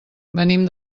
venim